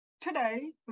Today